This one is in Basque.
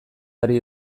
ari